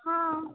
हँ